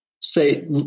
Say